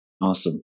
Awesome